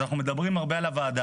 אז אנחנו מדברים הרבה על הוועדה.